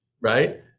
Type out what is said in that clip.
Right